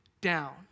down